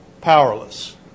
powerless